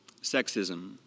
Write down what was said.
sexism